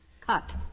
cut